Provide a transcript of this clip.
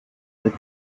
said